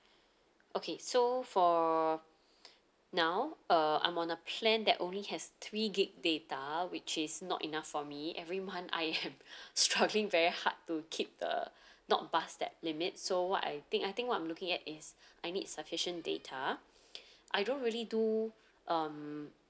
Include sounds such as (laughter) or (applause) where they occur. okay so for now uh I'm on a plan that only has three gig data which is not enough for me every month I am (laughs) struggling very hard to keep the not bust that limit so what I think I think what I'm looking at is I need sufficient data I don't really do um